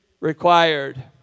required